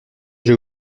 j’ai